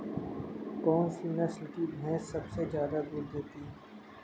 कौन सी नस्ल की भैंस सबसे ज्यादा दूध देती है?